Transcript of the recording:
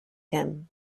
him